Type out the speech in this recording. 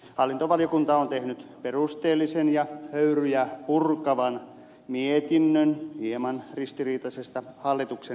hallintovaliokunta on tehnyt perusteellisen ja höyryjä purkavan mietinnön hieman ristiriitaisesta hallituksen esityksestä